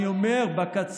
ואני אומר בקצה,